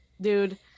dude